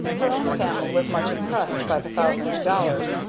her own family was much impressed by the thousand dollars,